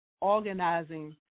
organizing